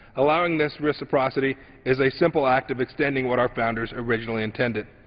allowing this reciprocity as a simple act of ex tending what our founders originally intended.